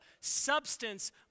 substance